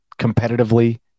competitively